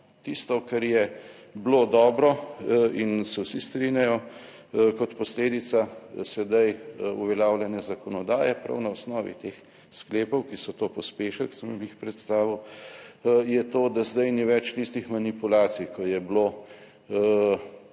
Tisto, kar je bilo dobro in se vsi strinjajo, kot posledica sedaj uveljavljene zakonodaje, prav na osnovi teh sklepov, ki so to pospešili, ki sem vam jih predstavil, je to, da zdaj ni več tistih manipulacij, ko je bilo